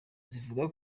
zivuga